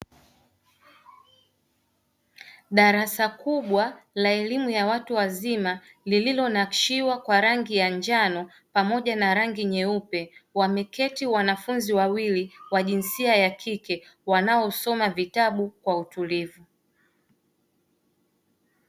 Darasa kubwa la elimu ya watu wazima, lililonakshiwa kwa rangi ya njano pamoja na rangi nyeupe, wameketi wanafunzi wawili wa jinsia ya kike wanaosoma vitabu kwa utulivu.